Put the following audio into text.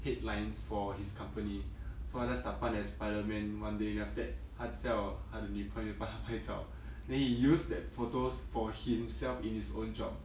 headlines for his company so 他 just 打扮 as spider-man one day then after that 他叫他的女朋友帮他拍照 then he use that photos for himself in his own job